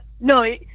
no